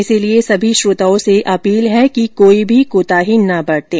इसलिए सभी श्रोताओं से अपील है कि कोई भी कोताही न बरतें